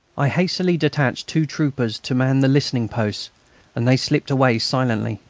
i hastily detached two troopers to man the listening-posts, and they slipped away silently.